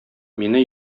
мине